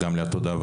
וגם לעתודה,